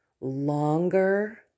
longer